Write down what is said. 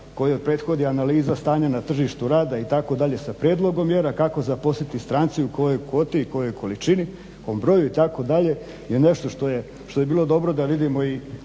kojoj prethodi analiza stanja na tržištu rada itd. sa prijedlogom mjera kako zaposliti strance, i u kojoj kvoti i u kojoj količini, o broju itd. je nešto što bi bilo dobro da vidimo i